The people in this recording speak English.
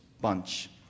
bunch